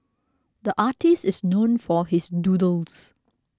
the artist is known for his doodles